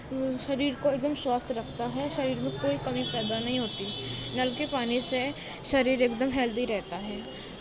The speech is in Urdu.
شریر کو ایک دم سواستھ رکھتا ہے شریر میں کوئی کمی پیدا نہیں ہوتی نل کے پانی سے شریر ایک دم ہیلدی رہتا ہے